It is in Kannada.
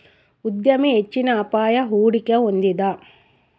ಉದ್ಯಮಿ ಹೆಚ್ಚಿನ ಅಪಾಯ, ಹೂಡಿಕೆ ಹೊಂದಿದ